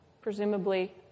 presumably